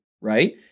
right